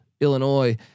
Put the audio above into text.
Illinois